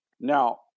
Now